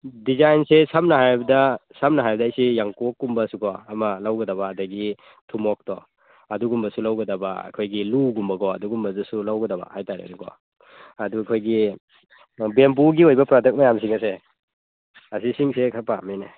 ꯗꯤꯖꯥꯏꯟꯁꯦ ꯁꯝꯅ ꯍꯥꯏꯔꯕꯗ ꯁꯝꯅ ꯍꯥꯏꯔꯕꯗ ꯑꯩꯁꯤ ꯌꯥꯡꯀꯣꯛ ꯀꯨꯝꯕꯁꯨꯀꯣ ꯑꯃ ꯂꯧꯒꯗꯕ ꯑꯗꯒꯤ ꯊꯨꯝꯃꯣꯛꯇꯣ ꯑꯗꯨꯒꯨꯝꯕꯁꯨ ꯂꯧꯒꯗꯕ ꯑꯩꯈꯣꯏꯒꯤ ꯂꯨꯒꯨꯝꯕꯀꯣ ꯑꯗꯨꯒꯨꯝꯕꯗꯁꯨ ꯂꯧꯒꯗꯕ ꯍꯥꯏꯇꯥꯔꯦꯅꯦꯀꯣ ꯑꯗꯨ ꯑꯩꯈꯣꯏꯒꯤ ꯕꯦꯝꯕꯨꯒꯤ ꯑꯣꯏꯕ ꯄ꯭ꯔꯗꯛꯁꯤꯡ ꯃꯌꯥꯝ ꯑꯁꯦ ꯑꯁꯤꯁꯤꯡꯁꯦ ꯑꯩ ꯈꯔ ꯄꯥꯝꯃꯤꯅꯦ